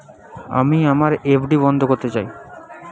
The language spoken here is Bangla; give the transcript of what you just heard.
আমি আমার এফ.ডি বন্ধ করতে চাই